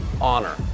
honor